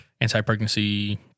anti-pregnancy